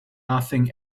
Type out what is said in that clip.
nothing